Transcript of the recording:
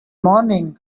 morning